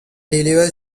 delivery